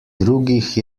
drugih